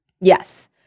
Yes